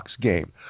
game